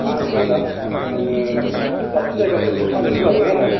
मा बुंदो आदा आङो दाबसे जायगानिफ्राय फन खालामदों खोनादोंना आदा